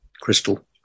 crystal